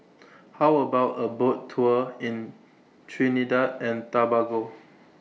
How about A Boat Tour in Trinidad and Tobago